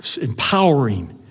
empowering